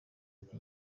ati